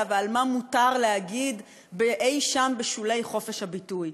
ועל מה מותר להגיד אי-שם בשולי חופש הביטוי,